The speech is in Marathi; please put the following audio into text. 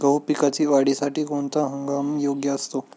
गहू पिकाच्या वाढीसाठी कोणता हंगाम योग्य असतो?